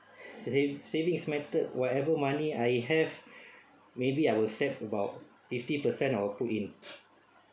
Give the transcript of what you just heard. savings savings method whatever money I have maybe I will save about fifty percent or put in